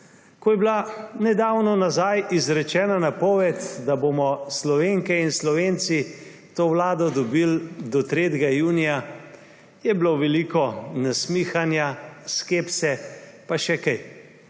Ko je bila nedavno nazaj izrečena napoved, da bomo Slovenke in Slovenci to vlado dobil do 3. junija, je bilo veliko nasmihanja, skepse pa še kaj,